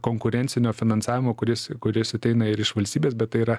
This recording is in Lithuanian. konkurencinio finansavimo kuris kuris ateina ir iš valstybės bet tai yra